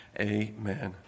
amen